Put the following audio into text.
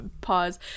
Pause